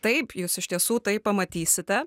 taip jūs iš tiesų tai pamatysite